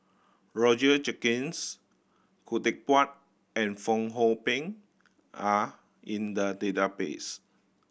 Roger Jenkins Khoo Teck Puat and Fong Hoe Beng are in the database